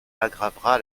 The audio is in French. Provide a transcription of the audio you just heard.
aggravera